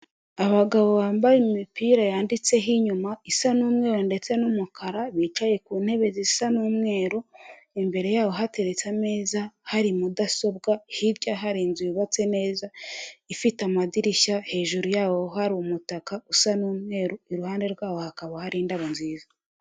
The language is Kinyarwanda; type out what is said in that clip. Abagabo bambaye imipira yanditseho inyuma, isa n'umweru ndetse n'umukara, bicaye ku ntebe zisa n'umweru, imbere yabo hateretse ameza, hari mudasobwa, hirya hari inzu yubatse neza ifite amadirishya, hejuru yawo hari umutaka usa n'umweru, iruhande rwawo hakaba hari indabo nziza.